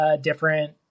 different